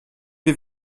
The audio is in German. wir